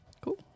Cool